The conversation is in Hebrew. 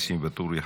ניסים ואטורי,